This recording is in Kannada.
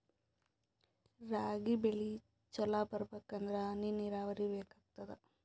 ರಾಗಿ ಬೆಳಿ ಚಲೋ ಬರಬೇಕಂದರ ಹನಿ ನೀರಾವರಿ ಬೇಕಾಗತದ?